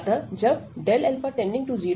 अतः जब α→0 तब1